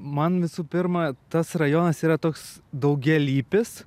man visų pirma tas rajonas yra toks daugialypis